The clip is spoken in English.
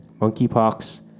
monkeypox